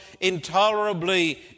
intolerably